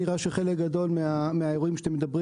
נראה שחלק גדול מהאירועים שאתם מדברים